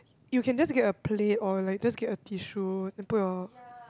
you can just get a plate or like just get a tissue and put your